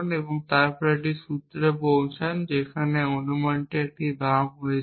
এবং তারপরে একটি সূত্রে পৌঁছান যেখানে অনুমানটি একটি বাম হয়ে যায়